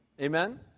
Amen